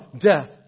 death